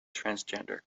transgender